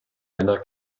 männer